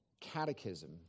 catechism